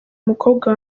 umukobwa